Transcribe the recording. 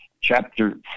Chapter